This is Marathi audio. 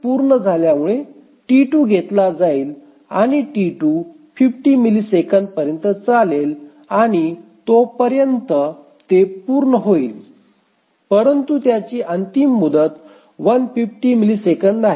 T1 पूर्ण झाल्यामुळे T2 घेतला जाईल आणि T2 50 मिलिसेकंदांपर्यंत चालेल आणि तोपर्यंत ते पूर्ण होईल परंतु त्याची अंतिम मुदत 150 मिलिसेकंद आहे